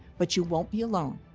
but you won't be alone.